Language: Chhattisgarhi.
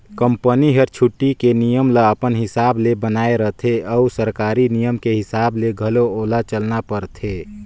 कंपनी हर छुट्टी के नियम ल अपन हिसाब ले बनायें रथें अउ सरकारी नियम के हिसाब ले घलो ओला चलना परथे